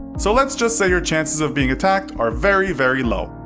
so, let's just say your chances of being attacked are very, very low.